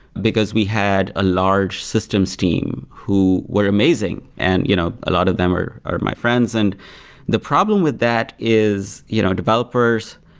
because we had a large systems team who were amazing and you know a lot of them are are my friends and the problem with that is you know developers,